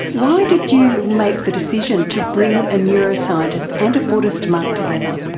why did you make the decision to bring a neuroscientist and a buddhist monk together?